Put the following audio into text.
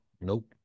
nope